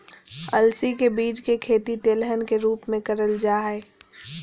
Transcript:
अलसी के बीज के खेती तेलहन के रूप मे करल जा हई